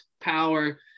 power